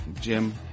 Jim